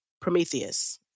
Prometheus